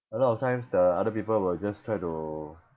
a lot of times the other people will just try to